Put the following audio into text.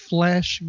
Flash